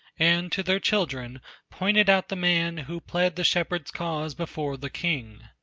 and to their children pointed out the man who plead the shepherd's cause before the king.